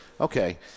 Okay